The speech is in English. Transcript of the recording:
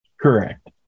Correct